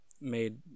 made